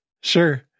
Sure